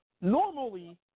Normally